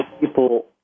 people